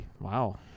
Wow